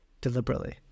deliberately